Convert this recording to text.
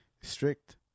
strict